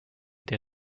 der